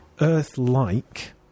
Earth-like